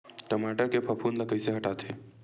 टमाटर के फफूंद ल कइसे हटाथे?